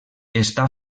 està